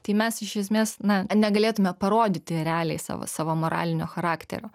tai mes iš esmės na negalėtume parodyti realiai savo savo moralinio charakterio